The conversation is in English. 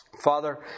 Father